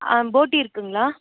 ஆ போட்டி இருக்குங்களா